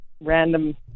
random